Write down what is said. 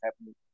happening